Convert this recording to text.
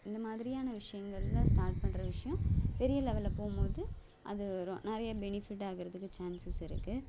இந்த மாதிரியான விஷயங்களில் ஸ்டார்ட் பண்ணுற விஷயம் பெரிய லெவலில் போகும் போது அது ரொ நிறைய பெனிஃபிட் ஆகிறதுக்கு சான்சஸ் இருக்குது